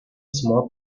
small